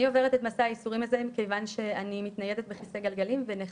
אני עוברת את מסע הייסורים הזה מכיוון שאני מתניידת בכסא גלגלים ונכה.